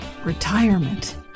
Retirement